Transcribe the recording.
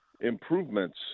improvements